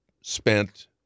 spent